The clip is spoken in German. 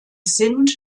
sind